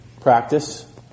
practice